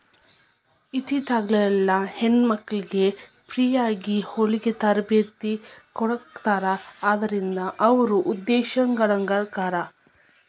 ಇತ್ತಿತ್ಲಾಗೆಲ್ಲಾ ಹೆಣ್ಮಕ್ಳಿಗೆ ಫ್ರೇಯಾಗಿ ಹೊಲ್ಗಿ ತರ್ಬೇತಿ ಕೊಡಾಖತ್ತಾರ ಅದ್ರಿಂದ ಅವ್ರು ಉದಂಶೇಲರಾಕ್ಕಾರ